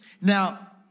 Now